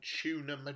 tuna